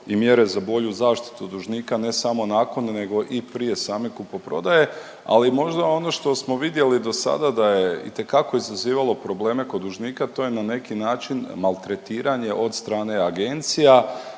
i mjere za bolju zaštitu dužnika ne samo nakon nego i prije same kupoprodaje. Ali možda ono što smo vidjeli do sada da je itekako izazivalo probleme kod dužnika to je na neki način maltretiranje od strane agencija,